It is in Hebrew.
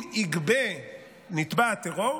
אם יגבה נתבע הטרור,